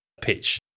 pitch